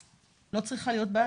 לא צריכה להיות בעיה,